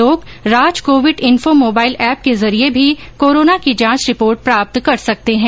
लोग Raj covid info mobile app के जरिए भी कोरोना की जांच रिपोर्ट प्राप्त कर सकते हैं